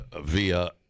via